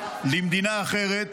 למדינה אחרת